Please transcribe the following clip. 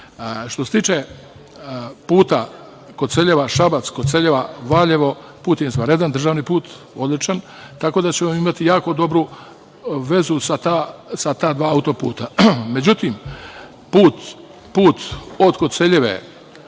Što se tiče puta Koceljeva – Šabac, Koceljeva – Valjevo, put je izvanredan, državni put, odličan, tako da ćemo imati jako dobru vezu sa ta dva auto-puta.Međutim, put od Koceljeve